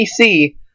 PC